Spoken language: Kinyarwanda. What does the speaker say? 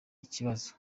ikibazo